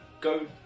go